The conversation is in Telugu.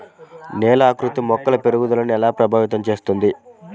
నేల ఆకృతి మొక్కల పెరుగుదలను ఎలా ప్రభావితం చేస్తుంది?